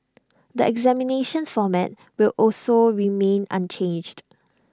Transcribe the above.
the examinations format will also remain unchanged